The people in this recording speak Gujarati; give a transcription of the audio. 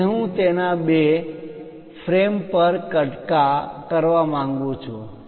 હવે હું તેના તે ફ્રેમ પર કટકા slice સ્લાઈસ કરવા માંગુ છું